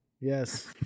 Yes